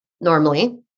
normally